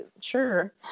sure